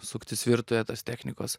suktis virtuvėj tos technikos